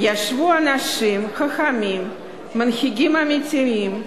ישבו אנשים חכמים, מנהיגים אמיתיים,